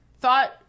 thought